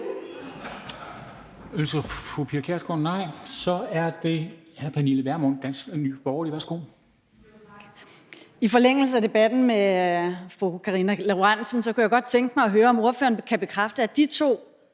I forlængelse af debatten med fru Karina Lorentzen Dehnhardt kunne jeg godt tænke mig at høre, om ordføreren kan bekræfte, at de to